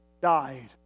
died